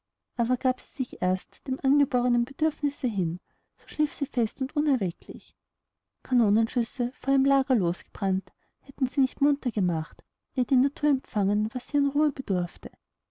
aber gab sie sich erst dem angeborenen bedürfnisse hin so schlief sie fest und unerwecklich kanonenschüsse vor ihrem lager losgebrannt hätten sie nicht munter gemacht ehe die natur empfangen was sie an ruhe bedurfte